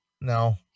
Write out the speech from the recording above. no